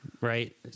Right